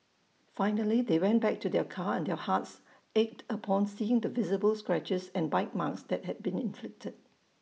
finally they went back to their car and their hearts ached upon seeing the visible scratches and bite marks that had been inflicted